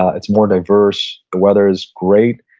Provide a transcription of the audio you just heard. ah it's more diverse, the weather is great,